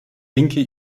linke